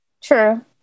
True